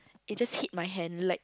it just hit my hand like